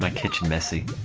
like kitchen messy